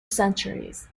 centuries